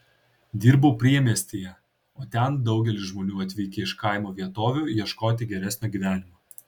dirbau priemiestyje o ten daugelis žmonių atvykę iš kaimo vietovių ieškoti geresnio gyvenimo